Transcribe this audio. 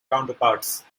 counterparts